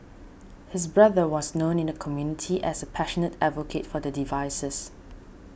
his brother was known in the community as a passionate advocate for the devices